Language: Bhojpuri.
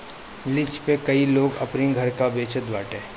लिज पे कई लोग अपनी घर के बचत बाटे